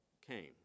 came